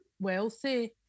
wealthy